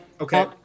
Okay